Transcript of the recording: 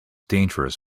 dangerous